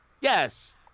Yes